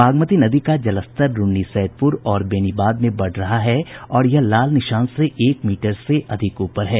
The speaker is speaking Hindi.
बागमती नदी का जलस्तर रून्नीसैदपुर और बेनीबाद में बढ़ रहा है और यह लाल निशान से एक मीटर से अधिक ऊपर है